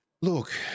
look